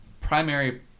primary